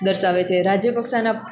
દર્શાવે છે રાજ્ય કક્ષાના